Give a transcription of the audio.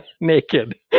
naked